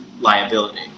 liability